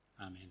Amen